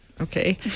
okay